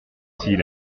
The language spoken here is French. s’il